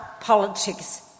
politics